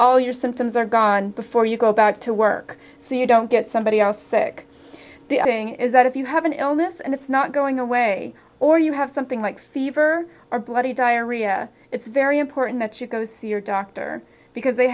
all your symptoms are gone before you go back to work so you don't get somebody else sick the thing is that if you have an illness and it's not going away or you have something like fever or bloody diarrhea it's very important that you go see your doctor because they